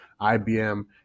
IBM